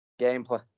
gameplay